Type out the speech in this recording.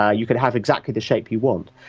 ah you could have exactly the shape you want.